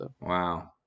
Wow